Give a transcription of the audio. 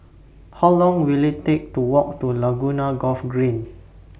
How Long Will IT Take to Walk to Laguna Golf Green